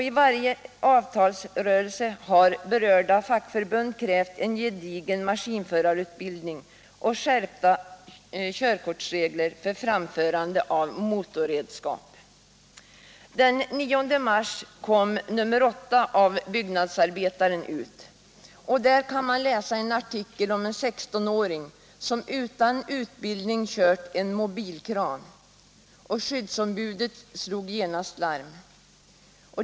I varje avtalsrörelse har berörda fackförbund krävt en gedigen maskinförarutbildning och skärpta körkortsregler för framförandet av motorredskap. Den 9 mars kom nummer 8 av Byggnadsarbetaren ut. Där kan man läsa en artikel om en 16-åring, som utan utbildning kört en mobilkran. Skyddsombudet slog genast larm.